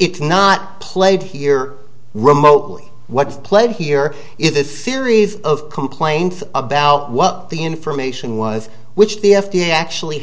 it's not played here remotely what's played here is a series of complaints about what the information was which the f d a actually